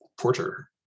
Porter